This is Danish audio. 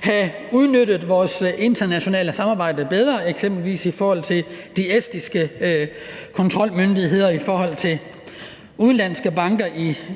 have udnyttet vores internationale samarbejde bedre, eksempelvis med estiske kontrolmyndigheder i forhold til udenlandske banker